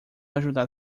ajudar